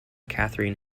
katherine